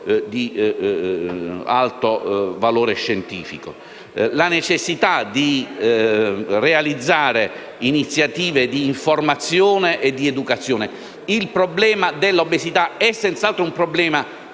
di alto valore scientifico. C'è inoltre la necessità di realizzare iniziative di informazione e di educazione. Il problema dell'obesità è senz'altro di natura